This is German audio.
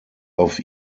auf